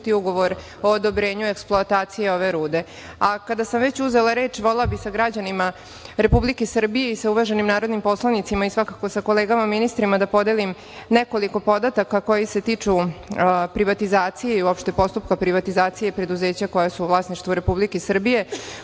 ugovor o odobrenju eksploatacije ove rude. Kada sam već uzela reč, volela bih sa građanima Republike Srbije i sa uvaženim narodnim poslanicima i, svakako, sa kolegama ministrima da podelim nekoliko podataka koji se tiču privatizacije i uopšte postupka privatizacije preduzeća koja su u vlasništvu Republike Srbije.U